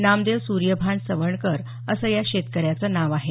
नामदेव सूर्यभान सवंडकर असं या शेतकऱ्याचं नाव आहे